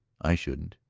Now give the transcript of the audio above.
i shouldn't!